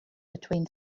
between